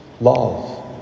love